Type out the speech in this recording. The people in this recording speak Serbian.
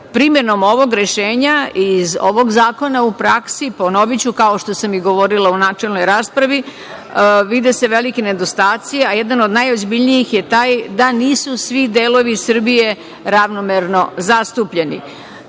primenom ovog rešenja iz ovog zakona u praksi, ponoviću, kao što sam govorila i u načelnoj raspravi, vide se veliki nedostaci, a jedan od najozbiljnijih je taj da nisu svi delovi Srbije ravnomerno zastupljeni. Naime,